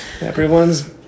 Everyone's